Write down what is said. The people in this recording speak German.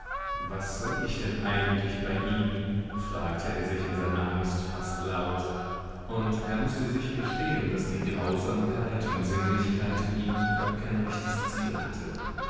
was soll ich denn eigentlich bei ihm fragte er sich in seiner angst fast laut und er mußte sich gestehen daß die grausamkeit und sinnlichkeit in ihm gar kein rechtes ziel hatte